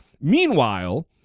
Meanwhile